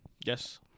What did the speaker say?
Yes